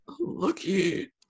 lucky